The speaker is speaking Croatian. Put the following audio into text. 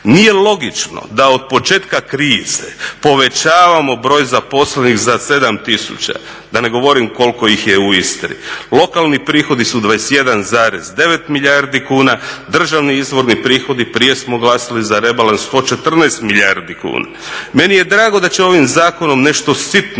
Nije logično da otpočetka krize povećavamo broj zaposlenih za 7000 da ne govorim koliko ih je u Istri. Lokalni prihodi su 21,9 milijardi kuna, državni izvorni prihodi prije smo glasali za rebalans 114 milijardi kuna. Meni je drago da će ovim zakonom nešto sitno